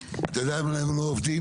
אתה יודע למה הם לא עובדים?